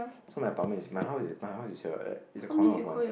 so my apartment is my house is my house is here right in the corner of one